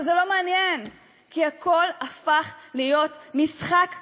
אבל זה לא מעניין, כי הכול הפך להיות משחק מכור.